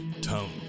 Tone